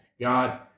God